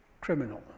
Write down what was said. criminal